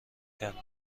کندم